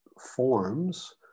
forms